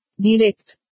Direct